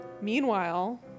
Meanwhile